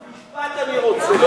עוד משפט אני רוצה.